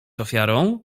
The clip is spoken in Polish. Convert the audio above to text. ofiarą